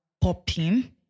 popping